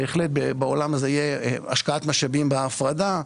בהחלט בעולם הזה תהיה השקעת משאבים בהפרדה.